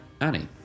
Annie